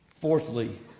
Fourthly